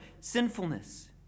sinfulness